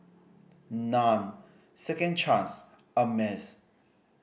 Nan Second Chance Ameltz